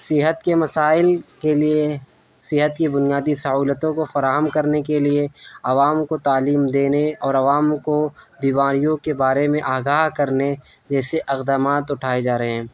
صحت کے مسائل کے لیے صحت کی بنیادی سہولتوں کو فراہم کرنے کے لیے عوام کو تعلیم دینے اور عوام کو بیماریوں کے بارے میں آگاہ کرنے جیسے اقدامات اٹھائے جا رہے ہیں